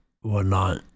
whatnot